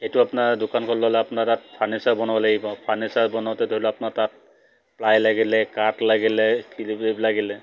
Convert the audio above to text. সেইটো আপোনাৰ দোকানখন ল'লে আপোনাৰ তাত ফাৰ্নিচাৰ বনাব লাগিব ফাৰ্নিচাৰ বনাওঁতে ধৰি লওক আপোনাৰ তাত প্লাই লাগিলে কাঠ লাগিলে কিবাকিবি লাগিলে